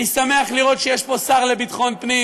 אני שמח לראות שיש פה שר לביטחון פנים